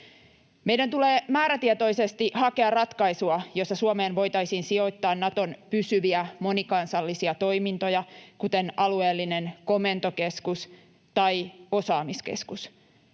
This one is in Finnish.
Meidän tulee määrätietoisesti hakea ratkaisua, jossa Suomeen voitaisiin sijoittaa Naton pysyviä monikansallisia toimintoja, kuten alueellinen komentokeskus tai osaamiskeskus.